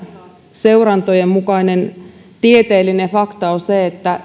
seurantojen mukainen tieteellinen fakta on se että